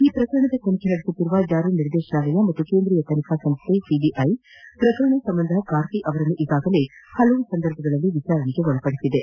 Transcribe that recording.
ಈ ಪ್ರಕರಣದ ತನಿಖೆ ನಡೆಸುತ್ತಿರುವ ಜಾರಿ ನಿರ್ದೇಶನಾಲಯ ಮತ್ತು ಕೇಂದ್ರೀಯ ತನಿಖಾ ಸಂಸ್ಥೆ ಸಿಬಿಐ ಪ್ರಕರಣದ ಸಂಬಂಧ ಕಾರ್ತಿ ಅವರನ್ನು ಈಗಾಗಲೇ ಹಲವು ಸಂದರ್ಭಗಳಲ್ಲಿ ವಿಚಾರಣೆಗೆ ಒಳಪಡಿಸಿವೆ